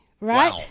Right